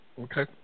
Okay